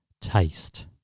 taste